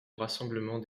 rassemblement